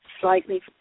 slightly